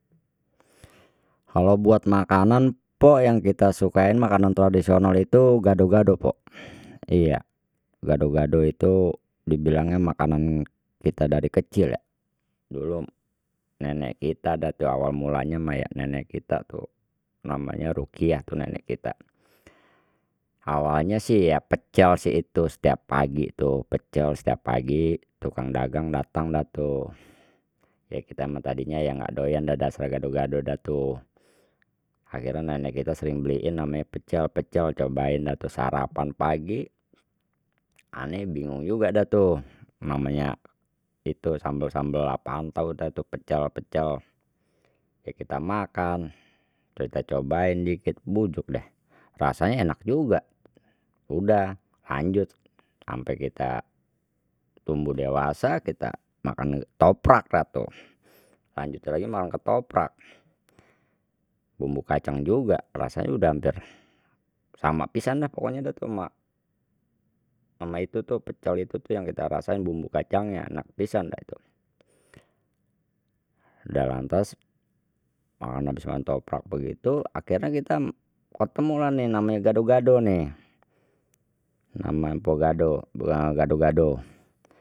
Kalau buat makanan pok yang kita sukain makanan tradisional itu gado-gado pok iya gado-gado itu dibilangnya makanan kita dari kecil ya dulu nenek kita dah tu awal mulanya mah ya nenek kita tuh namanya ruqyah tuh nenek kita awalnya sih ya pecel sih itu setiap pagi tu pecel setiap pagi tukang dagang datang dah tuh, ya kita mah tadinya ya nggak doyan dasar gado-gado dah tuh akhirnya nenek kita sering beliin namanya pecel pecel cobain dah tu sarapan pagi, ane bingung juga ada tuh namanya itu sambel sambel apaan tau dah tuh pecel-pecel ya kita makan kita cobain dikit, bujug deh rasanya enak juga udah lanjut ampe kita tumbuh dewasa kita makan ketoprak dah tu lanjut lagi makan ketoprak bumbu kacang juga rasanya udah hampir sama pisan dah pokoknya dah tu ma ama itu tuh pecel itu tuh yang kita rasain bumbu kacangnya enak pisan dah itu dah lantas toprak begitu akhirnya kita ketemu lah nih namanya gado-gado nih nama mpok gado gado gado